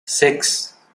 six